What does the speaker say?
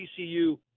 TCU